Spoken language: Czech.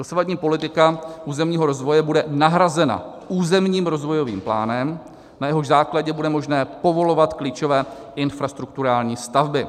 Dosavadní politika územního rozvoje bude nahrazena územním rozvojovým plánem, na jehož základě bude možné povolovat klíčové infrastrukturální stavby.